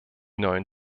neuen